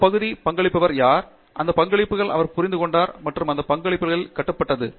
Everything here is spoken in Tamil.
அந்த பகுதிக்கு பங்களித்தவர் யார் அந்த பங்களிப்புகளை அவர் புரிந்து கொண்டார் மற்றும் அந்த பங்களிப்புகளில் கட்டப்பட்டது